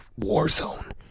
Warzone